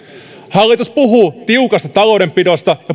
hallitus puhuu tiukasta taloudenpidosta ja